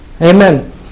Amen